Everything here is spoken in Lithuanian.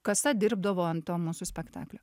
kasa dirbdavo ant to mūsų spektaklio